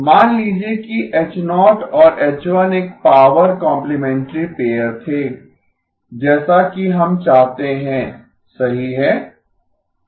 मान लीजिए कि H0 और H1 एक पॉवर कॉम्प्लिमेंटरी पेअर थे जैसा कि हम चाहते हैं सही है